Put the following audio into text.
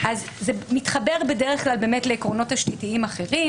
זה בדרך כלל מתחבר לעקרונות אחרים